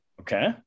Okay